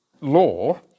law